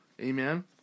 Amen